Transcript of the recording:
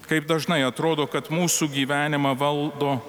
kaip dažnai atrodo kad mūsų gyvenimą valdo